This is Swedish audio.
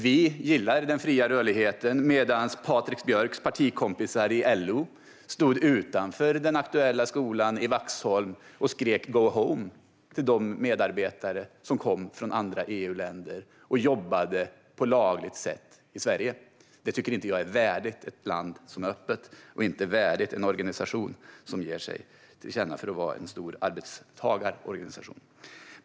Vi gillade den fria rörligheten, medan Patrik Björcks partikompisar i LO stod utanför den aktuella skolan i Vaxholm och skrek "Go home!" till de medarbetare som kom från andra EU-länder och jobbade på ett lagligt sätt i Sverige. Det tycker jag inte är värdigt ett land som är öppet och inte värdigt en organisation som utger sig för att vara en stor arbetstagarorganisation.